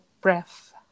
breath